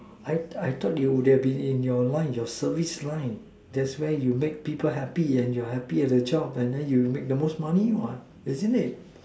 I I though it would be in your line your service line that's where you make people happy and you are happy and that's is where you make the most money what isn't it